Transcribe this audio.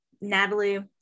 Natalie